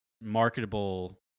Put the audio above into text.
marketable